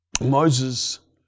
Moses